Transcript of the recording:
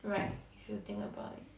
right you think about it